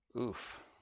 Oof